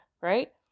Right